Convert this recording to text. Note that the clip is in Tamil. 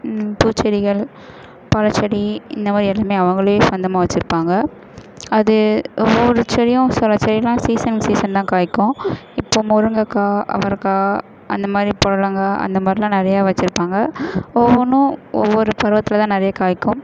பூச்செடிகள் பழச்செடி இந்த மாதிரி எதுவுமே அவர்களே சொந்தமாக வச்சுருப்பாங்க அது ஒவ்வொரு செடியும் சில செடியெலாம் சீசன் சீசன் தான் காய்க்கும் இப்போ முருங்கைக்கா அவரைக்கா அந்த மாதிரி புடலங்கா அந்த மாதிரிலாம் நிறையா வைச்சுருப்பாங்க ஒவ்வொன்றும் ஒவ்வொரு பருவத்தில் தான் நிறைய காய்க்கும்